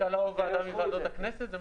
ועדת הכלכלה או ועדה מוועדות הכנסת?